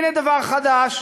והינה דבר חדש: